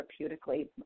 therapeutically